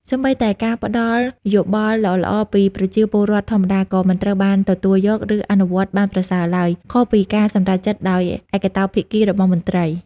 សូម្បីតែការផ្ដល់យោបល់ល្អៗពីប្រជាពលរដ្ឋធម្មតា ក៏មិនត្រូវបានទទួលយក ឬអនុវត្តបានប្រសើរឡើយ ខុសពីការសម្រេចចិត្តដោយឯកតោភាគីរបស់មន្ត្រី។